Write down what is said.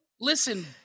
Listen